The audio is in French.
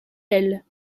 elle